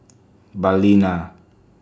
Balina